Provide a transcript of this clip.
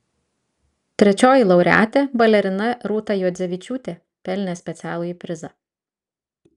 trečioji laureatė balerina rūta juodzevičiūtė pelnė specialųjį prizą